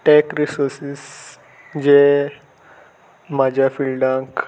tech resources जे म्हाज्या फिल्डाक